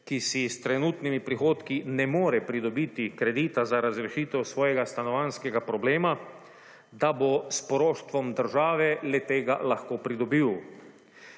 ki si s trenutnimi dohodki ne more pridobiti kredita za razrešitev svojega stanovanjskega problema, da bo s poroštvom države, le tega lahko pridobil.